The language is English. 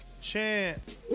Chant